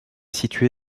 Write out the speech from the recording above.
situé